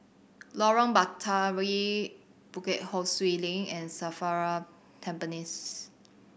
Lorong Batawi Bukit Ho Swee Link and SAFRA Tampines